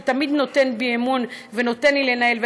שתמיד נותן בי אמון ונותן לי לנהל,